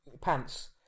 pants